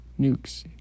Nukes